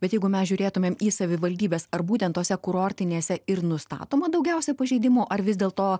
bet jeigu mes žiūrėtumėm į savivaldybes ar būtent tose kurortinėse ir nustatoma daugiausiai pažeidimų ar vis dėl to